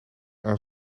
aan